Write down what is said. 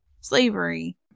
slavery